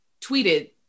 tweeted